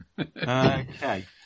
okay